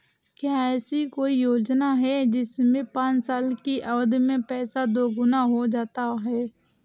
क्या ऐसी कोई योजना है जिसमें पाँच साल की अवधि में पैसा दोगुना हो जाता है?